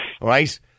Right